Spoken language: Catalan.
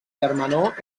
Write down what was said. germanor